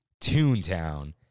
Toontown